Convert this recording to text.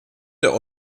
der